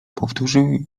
powtórzył